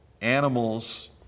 animals